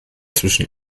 zwischen